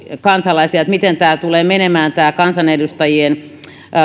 kansalaisia miten tämä kansanedustajien